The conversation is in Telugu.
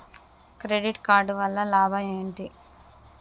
క్రెడిట్ కార్డు వల్ల లాభం ఏంటి?